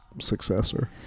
successor